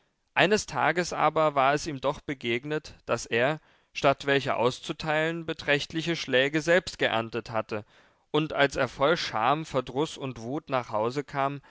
eines tages aber war es ihm doch begegnet daß er statt welche auszuteilen beträchtliche schläge selbst geerntet hatte und als er voll scham verdruß und wut nach hause kam